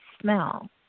smell